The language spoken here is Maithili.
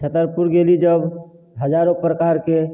छतरपुर गेली जब हजारो प्रकारके